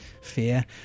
fear